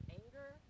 anger